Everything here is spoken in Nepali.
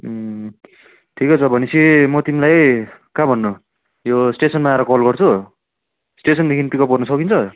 ठिकै छ भने पछि म तिमीलाई कहाँ भन्नु यो स्टेसनमा आएर कल गर्छु स्टेसनदेखि पिक अप गर्न सकिन्छ